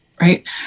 right